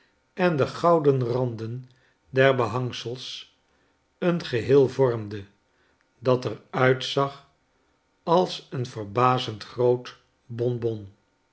en de gouden randen der behangsels een geheel vormde dat er uitzag als een verbazend groot